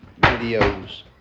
videos